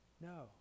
no